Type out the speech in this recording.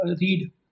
read